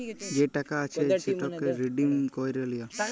যে টাকা আছে সেটকে রিডিম ক্যইরে লিয়া